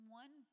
one